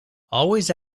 always